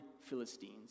Philistines